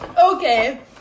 Okay